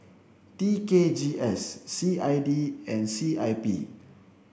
T K G S C I D and C I P